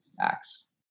acts